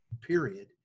period